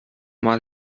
mal